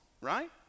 Right